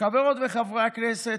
חברות וחברי הכנסת,